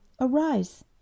arise